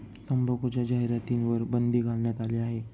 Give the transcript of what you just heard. तंबाखूच्या जाहिरातींवर बंदी घालण्यात आली आहे